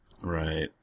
Right